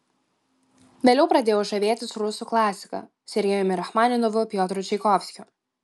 vėliau pradėjau žavėtis rusų klasika sergejumi rachmaninovu piotru čaikovskiu